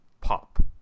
pop